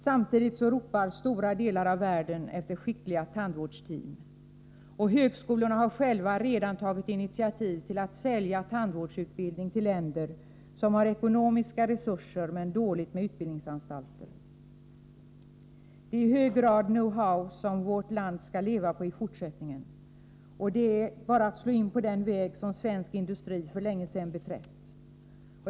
Samtidigt ropar stora delar av världen efter skickliga tandvårdsteam. Högskolorna själva har redan tagit initiativ till att sälja tandvårdsutbildning till länder som har ekonomiska resurser men få utbildningsanstalter. Det är i hög grad know-how som vårt land skall leva på i fortsättningen, och det är bara att slå in på den väg som svensk industri för länge sedan beträtt.